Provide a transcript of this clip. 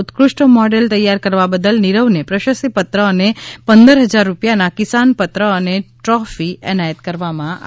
ઉત્કૃષ્ટ મોડેલ તૈયાર કરવા બદલ નીરવને પ્રશસ્તિ પત્ર અને પંદર હજાર રૂપિયાના કિસાન વિકાસપત્ર અને ટ્રોફી એનાયત કરવામાં આવ્યાં છે